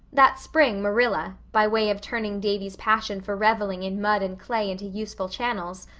that spring marilla, by way of turning davy's passion for reveling in mud and clay into useful channels,